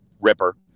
Ripper